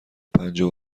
پنجاه